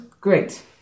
great